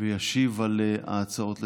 וישיב על ההצעות לסדר-היום.